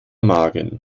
magen